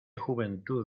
juventud